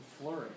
flourish